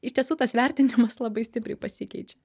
iš tiesų tas vertinimas labai stipriai pasikeičia